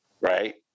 right